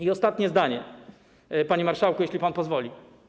I ostatnie zdanie, panie marszałku, jeśli pan pozwoli.